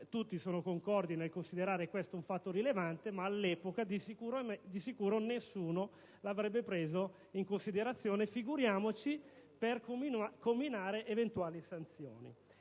tutti sono concordi nel considerare questo un fatto rilevante ma, all'epoca, di sicuro nessuno lo avrebbe preso in considerazione (figuriamoci per comminare eventuali sanzioni).